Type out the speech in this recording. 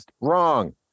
Wrong